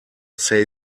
say